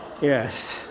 Yes